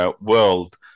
world